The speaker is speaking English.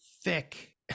thick